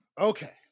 Okay